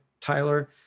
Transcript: Tyler